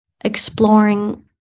exploring